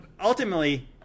ultimately